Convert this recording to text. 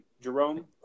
Jerome